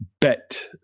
bet